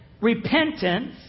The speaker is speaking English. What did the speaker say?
repentance